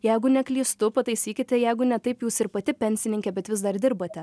jeigu neklystu pataisykite jeigu ne taip jūs ir pati pensininkė bet vis dar dirbate